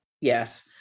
Yes